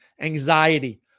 anxiety